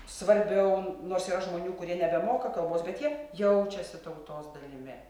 svarbiau nors yra žmonių kurie nebemoka kalbos bet jie jaučiasi tautos dalimi